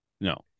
No